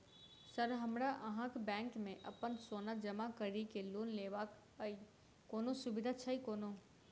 Sir हमरा अहाँक bank मे अप्पन सोना जमा करि केँ लोन लेबाक अई कोनो सुविधा छैय कोनो?